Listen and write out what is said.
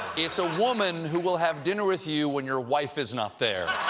it's a woman who will have dinner with you when your wife is not there.